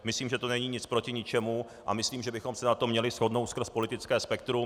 Myslím, že to není nic proti ničemu, a myslím, že bychom se na tom měli shodnout skrz politické spektrum.